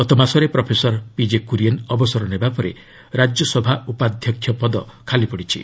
ଗତମାସରେ ପ୍ରଫେସର ପିକେ କୁରିଏନ୍ ଅବସର ନେବା ପରେ ରାଜ୍ୟସଭା ଉପାଧ୍ୟକ୍ଷ ପଦ ଖାଲିପଡ଼ିଛି